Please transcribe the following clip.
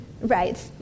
Right